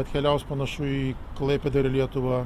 atkeliaus panašu į klaipėdą ir lietuvą